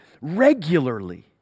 regularly